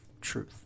truth